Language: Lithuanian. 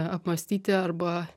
apmąstyti arba